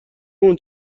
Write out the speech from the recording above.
اون